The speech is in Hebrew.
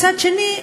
מצד שני,